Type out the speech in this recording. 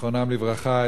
זיכרונם לברכה,